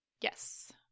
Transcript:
Yes